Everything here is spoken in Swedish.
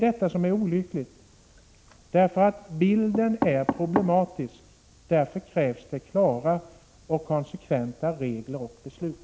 Detta är olyckligt, för bilden är problematisk och därför krävs det klara och konsekventa regler och beslut.